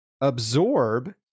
absorb